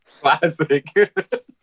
Classic